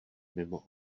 mimo